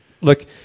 Look